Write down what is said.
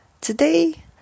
Today